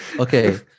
Okay